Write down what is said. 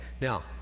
Now